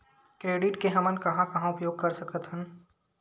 Credit के हमन कहां कहा उपयोग कर सकत हन?